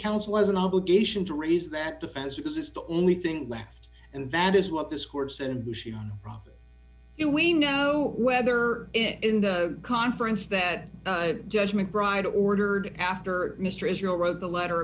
counsel has an obligation to raise that defense because it's the only thing left and that is what this course and we know whether in the conference that judgment bride ordered after mr israel wrote the letter